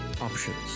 options